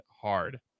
hard